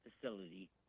facility